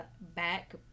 back